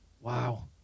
Wow